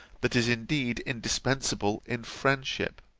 that is indeed indispensable in friendship.